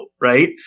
right